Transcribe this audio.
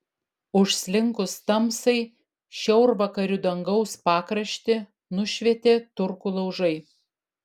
užslinkus tamsai šiaurvakarių dangaus pakraštį nušvietė turkų laužai